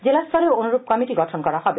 জেলা স্তরেও অনুরূপ কমিটি গঠন করা হবে